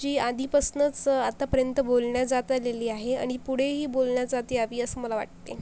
जी आधीपासनंच आतापर्यंत बोलण्या जात आलेली आहे आणि पुढेही बोलण्या जात यावी असं मला वाटते